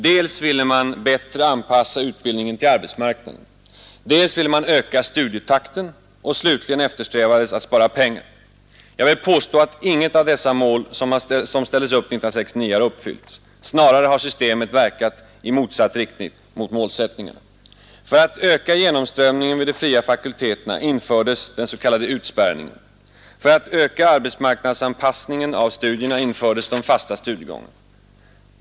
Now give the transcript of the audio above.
Dels ville man bättre anpassa utbildningen till arbetsmarknaden, dels ville man öka studietakten, och slutligen eftersträvades att spara pengar. Jag vill påstå att inget av de mål som ställdes upp 1969 har uppfyllts. Snarare har systemet verkat i rakt motsatt riktning mot målsättningarna. För att öka genomströmningen vid de fria fakulteterna infördes den så kallade utspärrningen. För att öka arbetsmarknadsanpassningen av studierna infördes de fasta studiegångarna.